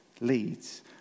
Leads